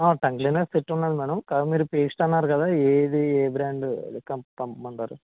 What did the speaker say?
tongue cleaner set ఉన్నది madam కాకపోతే మీరు పేస్ట్ అన్నారు కదా ఏది ఏ బ్రాండు క పంపమంటారు